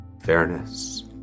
fairness